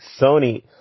Sony